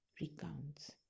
recounts